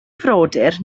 frodyr